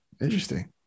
Interesting